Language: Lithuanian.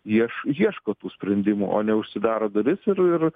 ieš ieško tų sprendimų o neužsidaro duris ir ir